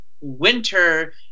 winter